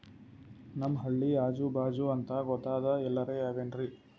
ನಮ್ ಹಳ್ಳಿ ಅಜುಬಾಜು ಅಂತ ಗೋದಾಮ ಎಲ್ಲರೆ ಅವೇನ್ರಿ?